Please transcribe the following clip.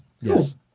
Yes